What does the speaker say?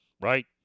right